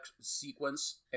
sequence